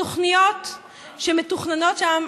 התוכניות שמתוכננות שם,